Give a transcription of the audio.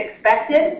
expected